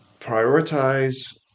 prioritize